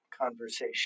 conversation